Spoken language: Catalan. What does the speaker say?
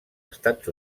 estats